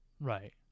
Right